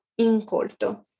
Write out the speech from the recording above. incolto